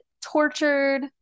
tortured